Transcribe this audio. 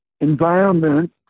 environment